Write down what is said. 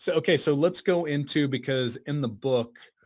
so okay. so, let's go into because in the book,